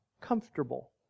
comfortable